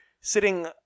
sitting